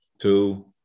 Two